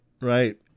Right